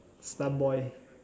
slum boy